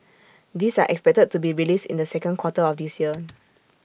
these are expected to be released in the second quarter of this year